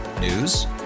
News